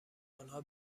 آنها